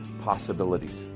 possibilities